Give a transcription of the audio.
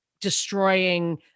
destroying